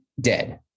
dead